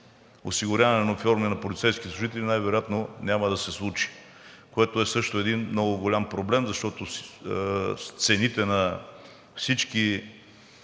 осигуряване на униформи на полицейските служители най-вероятно няма да се случи, което е също един много голям проблем, защото цените на всички